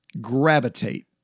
gravitate